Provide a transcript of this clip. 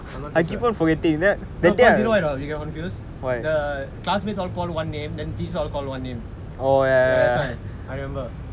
I'm not too sure you know why you get confused the err classmates all call one name the teachers all call one name or ya I remember